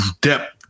depth